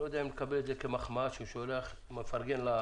אני לא יודע אם לקבל את זה כמחמאה שהוא מפרגן לחברי